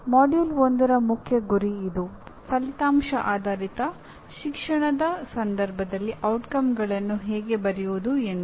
ಪಠ್ಯಕ್ರಮ 1 ರ ಮುಖ್ಯ ಗುರಿ ಇದು ಫಲಿತಾಂಶ ಆಧಾರಿತ ಶಿಕ್ಷಣದ ಸಂದರ್ಭದಲ್ಲಿ ಪರಿಣಾಮಗಳನ್ನು ಹೇಗೆ ಬರೆಯುವುದು ಎಂದು